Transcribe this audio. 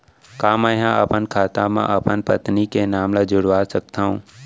का मैं ह अपन खाता म अपन पत्नी के नाम ला जुड़वा सकथव?